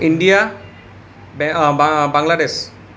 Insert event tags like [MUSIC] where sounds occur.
India [UNINTELLIGIBLE] Bangladesh